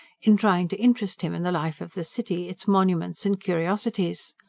in trying to interest him in the life of the city, its monuments and curiosities.